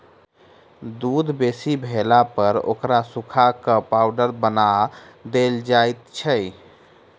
दूध बेसी भेलापर ओकरा सुखा क पाउडर बना देल जाइत छै